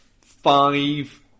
five